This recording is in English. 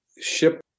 ship